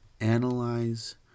analyze